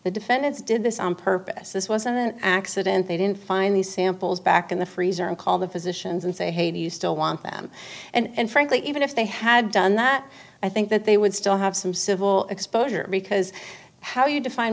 the defendants did this on purpose this wasn't an accident they didn't find these samples back in the freezer and call the physicians and say hey do you still want them and frankly even if they had done that i think that they would still have some civil exposure because how you define